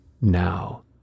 now